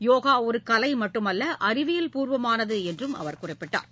யோகா ஒரு கலை மட்டுமல்ல அறிவியல்பூர்வமானது என்றும் அவர் குறிப்பிட்டார்